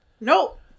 Nope